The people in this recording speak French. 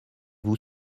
vous